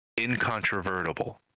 incontrovertible